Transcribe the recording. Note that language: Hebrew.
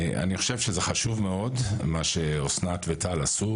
אני חושב שזה חשוב מאוד מה שאסנת וטל עשו,